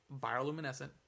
bioluminescent